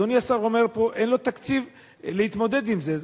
אדוני השר אומר פה שאין לו תקציב להתמודד עם זה.